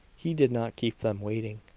he did not keep them waiting.